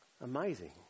Amazing